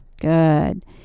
Good